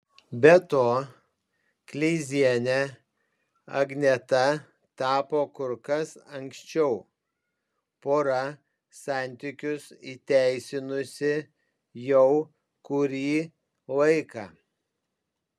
be to kleiziene agneta tapo kur kas anksčiau pora santykius įteisinusi jau kurį laiką